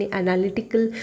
analytical